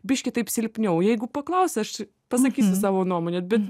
biškį taip silpniau jeigu paklaus aš pasakysiu savo nuomonę bet